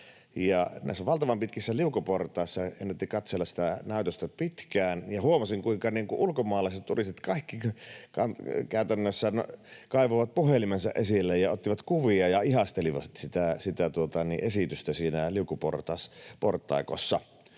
Näissä valtavan pitkissä liukuportaissa ennätti katsella sitä näytöstä pitkään, ja huomasin, kuinka käytännössä kaikki ulkomaalaiset turistit kaivoivat puhelimensa esille ja ottivat kuvia ja ihastelivat sitä esitystä siinä liukuportaikossa.